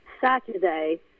Saturday